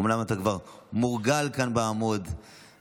אומנם אתה כבר מורגל כאן בעמוד ומלומד,